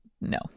No